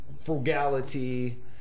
frugality